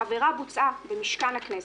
העבירה בוצעה במשכן הכנסת,